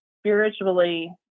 spiritually